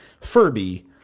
Furby